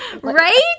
Right